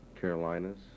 Carolinas